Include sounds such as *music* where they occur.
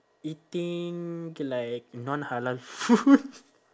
eating *noise* like non halal food